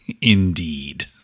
Indeed